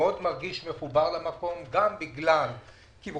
שמאוד מרגיש מחובר למקום גם בגלל קברות